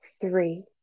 three